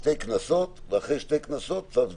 שני קנסות ואחרי שני קנסות צו סגירה.